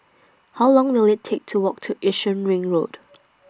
How Long Will IT Take to Walk to Yishun Ring Road